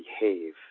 behave